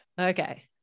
Okay